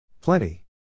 Plenty